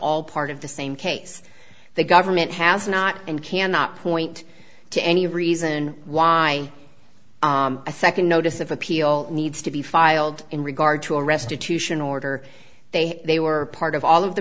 all part of the same case the government has not and cannot point to any reason why a second notice of appeal needs to be filed in regard to a restitution order they they were part of all of the